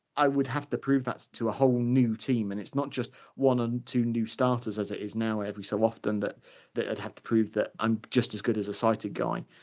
i would have to prove that to a whole new team and it's not just one or and two new starters, as it is now every so often that that i'd have to prove that i'm just as good as a sighted guy.